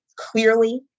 clearly